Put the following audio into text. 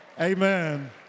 Amen